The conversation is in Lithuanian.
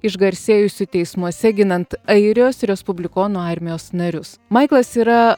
išgarsėjusiu teismuose ginant airijos respublikonų armijos narius maiklas yra